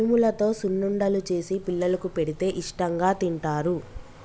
మినుములతో సున్నుండలు చేసి పిల్లలకు పెడితే ఇష్టాంగా తింటారు